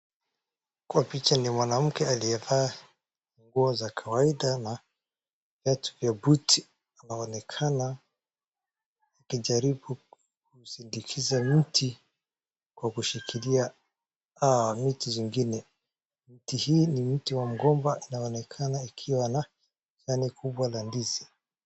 Kwa picha ni mwanaume aliyevaa nguo za kawaida na viatu vya boot na anaonekana akijaribu kuzindikisha mti kwa kushikilia miti zingine mti hii ni mti wa mgomba inaonekana ikiwa na, na ni kubwa la ndizi.